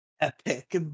Epic